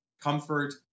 comfort